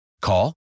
Call